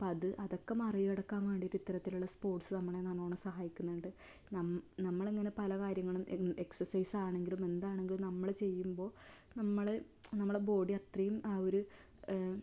അപ്പം അത് അതൊക്കെ മറി കടക്കാൻ വേണ്ടീട്ട് ഇത്തരത്തിലുള്ള സ്പോർട്സ് നമ്മളെ നല്ലോണം സഹായിക്കുന്നുണ്ട് നാം നമ്മളങ്ങനെ പല കാര്യങ്ങളും എക്സർസൈസ് ആണങ്കിലും എന്താണങ്കിലും നമ്മൾ ചെയ്യുമ്പോൾ നമ്മൾ നമ്മളെ ബോഡി അത്രയും ആ ഒരു